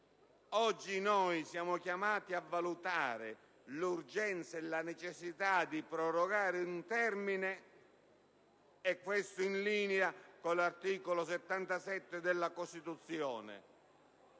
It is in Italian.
Oggi infatti siamo chiamati a valutare l'urgenza e la necessità di prorogare un termine, in linea con l'articolo 77 della Costituzione.